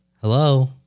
Hello